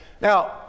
Now